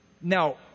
now